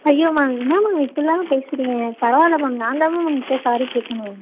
ஐயோ மேம் என்ன மேம் இப்புடிலாம் பேசுகிறீங்க பரவாயில்ல மேம் நான்தான் மேம் உங்கள்கிட்ட சாரி கேட்கணும்